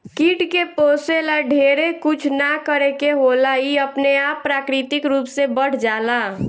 कीट के पोसे ला ढेरे कुछ ना करे के होला इ अपने आप प्राकृतिक रूप से बढ़ जाला